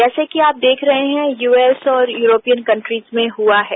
जैसा कि आप देख रहे हैं कि यूएस और यूरोपियन कंट्रीस में हुआ है